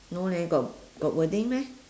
no leh got got wording meh